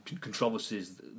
controversies